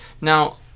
Now